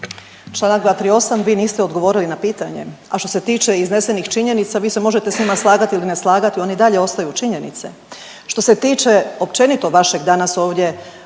Članak 238., vi neste odgovorili na pitanje. A što se tiče iznesenih činjenica vi se možete s njima slagati ili ne slagati oni i dalje ostaju činjenice. Što se tiče općenito vašeg danas ovdje